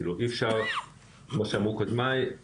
כמו שאמרו קודמיי,